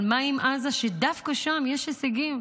אבל מה עם עזה, שדווקא שם יש הישגים,